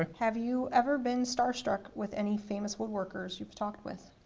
have you ever been starstruck with any famous woodworkers you've talked with?